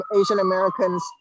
Asian-Americans